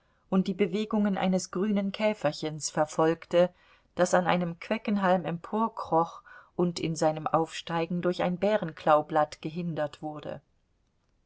und die bewegungen eines grünen käferchens verfolgte das an einem queckenhalm emporkroch und in seinem aufsteigen durch ein bärenklaublatt gehindert wurde